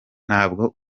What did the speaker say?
ntabwo